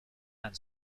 and